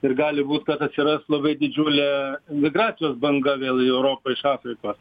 ir gali būt kad atsiras labai didžiulė migracijos banga vėl į europą iš afrikos